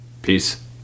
Peace